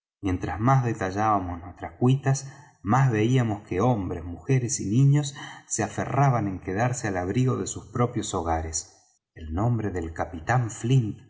mientras más detallábamos nuestras cuitas más veíamos que hombres mujeres y niños se aferraban en quedarse al abrigo de sus propios hogares el nombre del capitán flint por